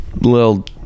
little